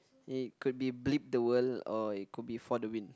it could be bleep the world or it could be for the win